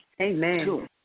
Amen